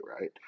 right